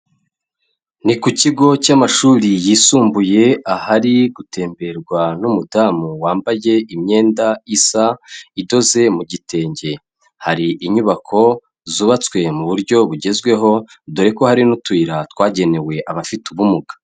Ni ku kigo cy'amashuri yisumbuye ahari gutemberwa n'umudamu wambaye imyenda isa idoze mu gitenge, hari inyubako zubatswe mu buryo bugezweho, dore ko hari n'utuyira twagenewe abafite ubumuga.